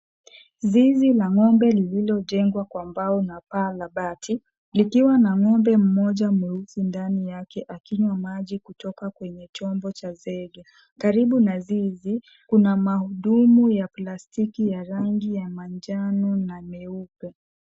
Zizi la ng'ombe lililojengwa kwa mbao na paa la bati, likiwa na ng'ombe mmoja mweusi ndani yake akinywa maji kutoka kwenye chombo cha zege. Karibu na zizi kuna mahudumu ya plastiki ya rangi ya manjano na nyeupe.